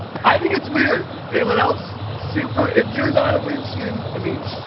i think it's weird. anyone else? super if you're not a lynchian, i mean,